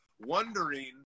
wondering